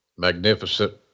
Magnificent